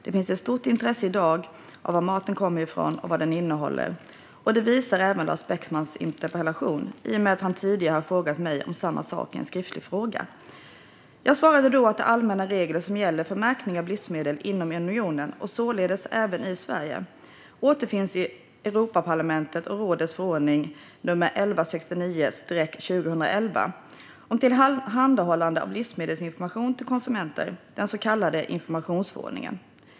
Det finns ett stort intresse i dag för var maten kommer från och vad den innehåller, och det visar även Lars Beckmans interpellation i och med att han tidigare har frågat mig om samma sak i en skriftlig fråga. Jag svarade då att de allmänna regler som gäller för märkning av livsmedel inom unionen, och således även i Sverige, återfinns i Europaparlamentets och rådets förordning nr 1169/2011 om tillhandahållande av livsmedelsinformation till konsumenterna, den så kallade informationsförordningen.